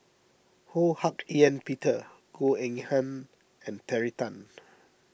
Ho Hak Ean Peter Goh Eng Han and Terry Tan